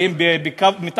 כי אם היה ההפך,